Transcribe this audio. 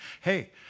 Hey